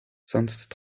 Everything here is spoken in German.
sonst